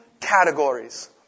categories